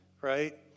right